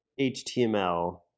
HTML